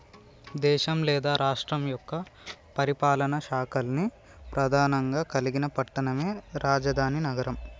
దేశం లేదా రాష్ట్రం యొక్క పరిపాలనా శాఖల్ని ప్రెధానంగా కలిగిన పట్టణమే రాజధాని నగరం